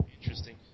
Interesting